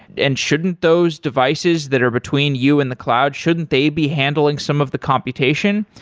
and shouldn't those devices that are between you and the cloud, shouldn't they be handling some of the computation?